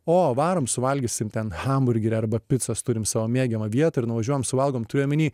o varom suvalgysim ten hamburgerį arba picos turim savo mėgiamą vietą ir nuvažiuojam suvalgom turiu omeny